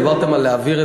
דיברת על להעביר.